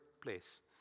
place